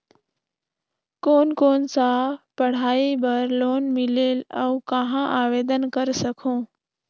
कोन कोन सा पढ़ाई बर लोन मिलेल और कहाँ आवेदन कर सकहुं?